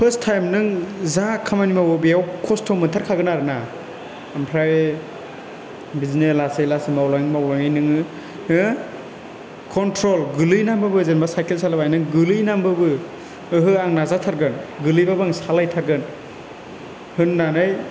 first time नों जा खामानि मावो बेयाव खस्ट' मोनथार खागोन आरो ना ओमफ्राय बिदिनो लासै लासै मावलाङै मावलाङै नोङो कन्ट्रल गोलैनानैबाबो जेनोबा नों साइकेल सालायबाय नों गोलैनानैबाबो ओहो आं नाजाथारगोन गोलैबाबो आं सालायथारगोन होननानै